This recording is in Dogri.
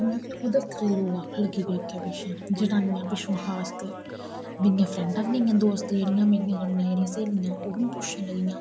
उद्धर अग्गै पिच्छै लोग आक्खन लगे खास कर मेरियां फ्रैंडां दोस्त जेहडियां मेरियां कन्नै जेहडियां स्हेलियां ओह् बी पुच्छन लगियां